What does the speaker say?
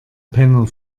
penner